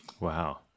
Wow